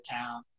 town